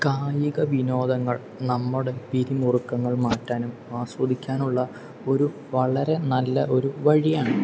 കായിക വിനോദങ്ങൾ നമ്മുടെ പിരിമുറുക്കങ്ങൾ മാറ്റാനും ആസ്വദിക്കാനൂള്ള ഒരു വളരെ നല്ല ഒരു വഴിയാണ്